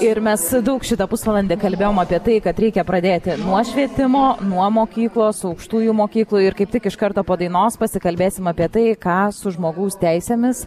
ir mes daug šitą pusvalandį kalbėjom apie tai kad reikia pradėti nuo švietimo nuo mokyklos aukštųjų mokyklų ir kaip tik iš karto po dainos pasikalbėsim apie tai ką su žmogaus teisėmis